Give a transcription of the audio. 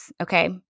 Okay